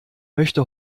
möchte